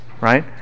right